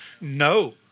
No